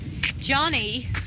Johnny